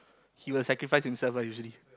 he will sacrifice himself lah usually